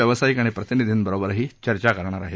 व्यावसायिक आणि प्रतिनिधींबरोबर चर्चा करणार आहेत